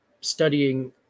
studying